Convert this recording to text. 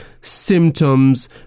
symptoms